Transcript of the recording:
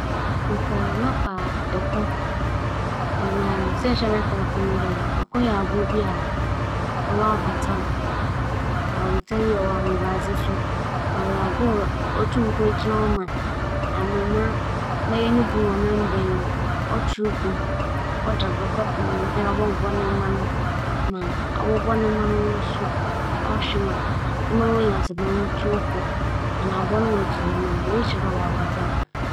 Nkyɛ mereyɛ abowa mebɛnantsew asaase yi do da kor a, abowa a mebɛpɛ dɛ mebɛyɛ nye egyinambowa. Siantsir nye dɛ, egyinambowa yɛ abowa bi a, onyim no wura, onndzi no ho agor kora kora. ͻbɛn no wura yie na ibohu ara nye dɛ ͻfemfam no wura no ho. Iyi ekyir no, egyinambowa yɛ abowa bi a ͻmmpɛ dede yɛ naaso mbom n'aso yɛ dzen kakra osiandɛ wo nam da hͻ a ͻbɛfa naaso no ho dwe papaapa.